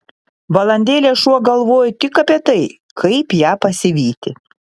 valandėlę šuo galvojo tik apie tai kaip ją pasivyti